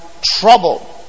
trouble